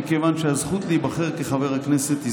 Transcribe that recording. מכיוון שהזכות להיבחר כחבר כנסת היא